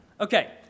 Okay